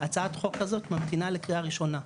הצעת חוק הזאת ממתינה לקריאה ראשונה,